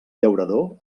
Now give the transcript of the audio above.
llaurador